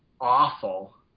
awful